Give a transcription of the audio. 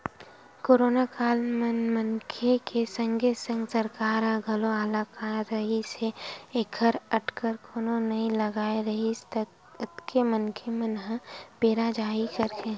करोनो काल म मनखे के संगे संग सरकार ह घलोक हलाकान रिहिस हे ऐखर अटकर कोनो नइ लगाय रिहिस अतेक मनखे मन ह पेरा जाही कहिके